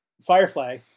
Firefly